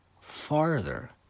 farther